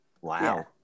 Wow